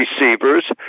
receivers